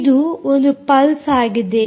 ಇದು ಒಂದು ಪಲ್ಸ್ ಆಗಿದೆ